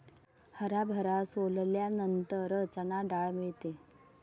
हरभरा सोलल्यानंतर चणा डाळ मिळते